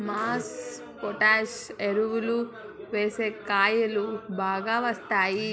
MOP potash ఎరువులు వేస్తే కాయలు బాగా వస్తాయా?